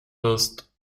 wirst